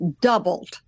doubled